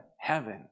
heaven